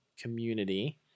community